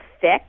thick